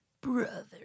brother